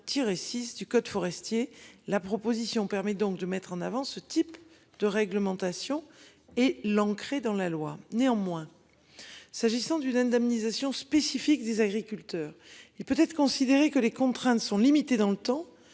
du code forestier la proposition permet donc de mettre en avant ce type de réglementation et l'ancrer dans la loi néanmoins. S'agissant d'une indemnisation spécifique des agriculteurs. Il peut être considéré que les contraintes sont limitées dans le temps